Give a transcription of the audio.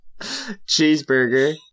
cheeseburger